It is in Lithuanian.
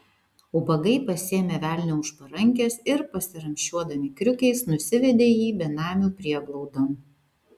ubagai pasiėmė velnią už parankės ir pasiramsčiuodami kriukiais nusivedė jį benamių prieglaudon